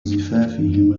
زفافهم